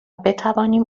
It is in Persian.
بتوانیم